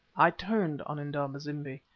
i turned on indaba-zimbi.